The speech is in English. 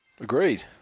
agreed